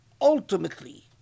ultimately